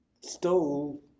stole